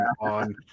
on